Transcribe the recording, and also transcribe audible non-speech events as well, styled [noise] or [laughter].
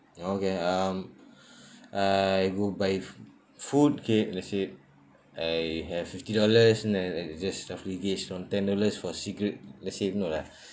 okay um [breath] I go buy f~ food okay let's say I have fifty dollars and then I just roughly gauge on ten dollars for cigarette let's say no lah